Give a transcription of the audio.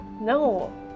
No